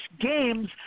games